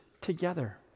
together